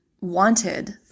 wanted